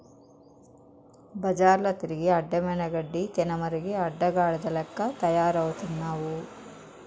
బజార్ల తిరిగి అడ్డమైన గడ్డి తినమరిగి అడ్డగాడిద లెక్క తయారవుతున్నావు